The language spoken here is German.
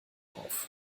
auf